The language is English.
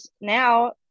now